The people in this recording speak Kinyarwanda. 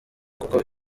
kuko